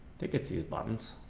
deez buttons,